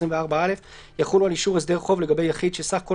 ו־324(א) יחולו על אישור הסדר חוב לגבי יחיד שסך כל